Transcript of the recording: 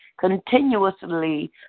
continuously